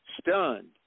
stunned